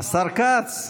השר כץ,